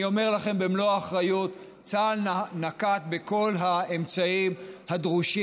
אני אומר לכם במלוא האחריות: צה"ל נקט את כל האמצעים הדרושים